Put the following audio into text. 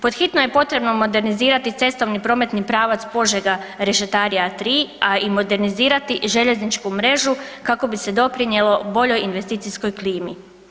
Pod hitno je potrebno modernizirati cestovni prometni pravac Požega-Rešetarija 3, a i modernizirati željezničku mrežu kako bi se doprinjelo boljoj investicijskoj klimi.